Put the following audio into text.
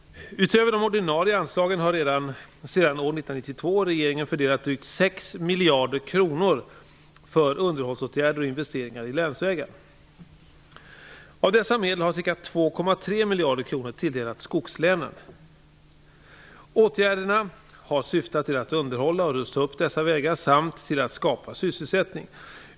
Utöver de ordinarie anslagen har sedan år 1992 regeringen fördelat drygt 6 miljarder kronor för underhållsåtgärder och investeringar i länsvägar. Av dessa medel har ca 2,3 miljarder kronor tilldelats skogslänen. Åtgärderna har syftat till att underhålla och rusta upp dessa vägar samt till att skapa sysselsättning.